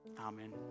Amen